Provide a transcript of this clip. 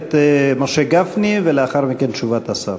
הכנסת משה גפני, ולאחר מכן תשובת השר.